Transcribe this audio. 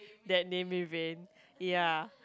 that name in vain ya